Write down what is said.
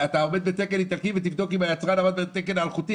אתה עומד בתקן איטלקי ותבדוק אם היצרן עמד בתקן האלחוטי?